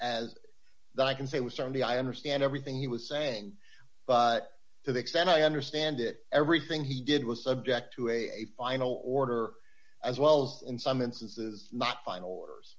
that i can say with certainty i understand everything he was saying to the extent i understand it everything he did was subject to a final order as well as in some instances not final orders